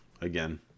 again